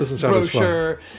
brochure